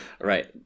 Right